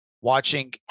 watching